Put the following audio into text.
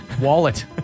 Wallet